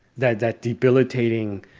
that that debilitating,